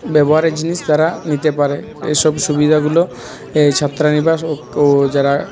ব্যবহারের জিনিস তারা নিতে পারে এইসব সুবিধাগুলো এই ছাত্রনিবাস ও যারা